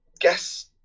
guess